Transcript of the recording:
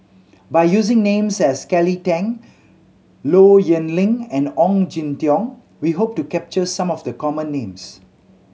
by using names as Kelly Tang Low Yen Ling and Ong Jin Teong we hope to capture some of the common names